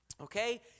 Okay